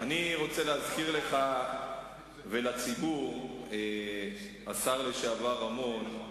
אני רוצה להזכיר לך ולציבור, השר לשעבר רמון,